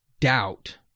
doubt